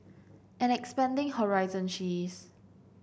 and expanding horizon she is